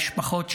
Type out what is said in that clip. המשפחות שלהם.